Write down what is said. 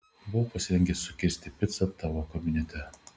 buvau pasirengęs sukirsti picą tavo kabinete